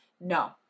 No